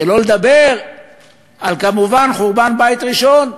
שלא לדבר כמובן על חורבן בית ראשון.